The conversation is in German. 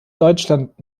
deutschland